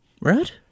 Right